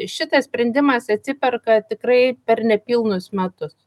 šitas sprendimas atsiperka tikrai per nepilnus metus